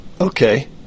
Okay